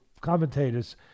commentators